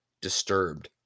disturbed